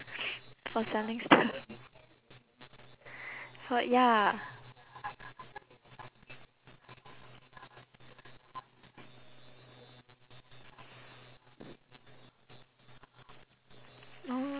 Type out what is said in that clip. for selling stuff for ya